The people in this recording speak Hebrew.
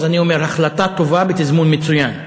אז אני אומר: החלטה טובה בתזמון מצוין.